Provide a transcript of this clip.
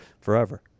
forever